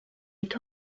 est